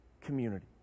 community